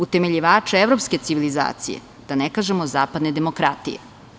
Utemeljivači evropske civilizacije, da ne kažemo zapadne demokratije.